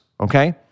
okay